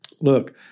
look